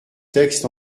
texte